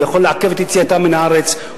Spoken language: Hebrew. הוא יכול לעכב את יציאתם מהארץ,